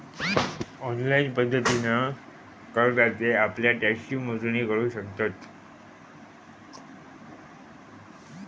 online पद्धतीन करदाते आप्ल्या टॅक्सची मोजणी करू शकतत